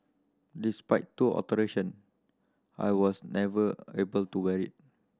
despite two alteration I was never able to wear it